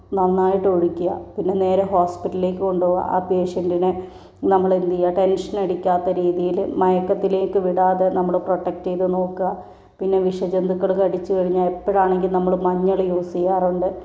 നന്നായിട്ടൊഴിക്കുക പിന്നെ നേരെ ഹോസ്പിറ്റലിലേക്ക് കൊണ്ട് പോവുക ആ പേഷ്യൻറ്റിനെ നമ്മൾ എന്തു ചെയ്യാ ടെൻഷൻ അടിക്കാത്ത രീതിയിൽ മയക്കത്തിലേക്ക് വിടാതെ നമ്മള് പ്രൊട്ടക്ട് ചെയ്തു നോക്കുക പിന്നെ വിഷജന്തുക്കൾ കടിച്ചുകഴിഞ്ഞാൽ എപ്പഴാണെങ്കിലും നമ്മൾ മഞ്ഞള് യൂസ് ചെയ്യാറുണ്ട്